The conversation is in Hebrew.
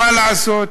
מה לעשות,